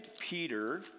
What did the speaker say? Peter